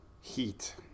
heat